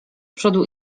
przodu